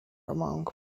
among